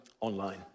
online